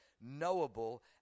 knowable